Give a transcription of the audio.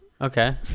okay